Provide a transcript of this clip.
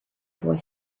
boy